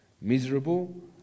Miserable